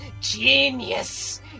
genius